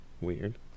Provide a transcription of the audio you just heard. weird